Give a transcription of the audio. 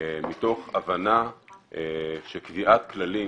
מתוך הבנה שקביעת כללים